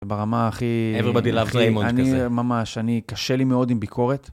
ברמה הכי... Everybody loves Raymond כזה. ממש, קשה לי מאוד עם ביקורת.